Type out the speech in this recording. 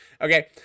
okay